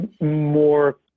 more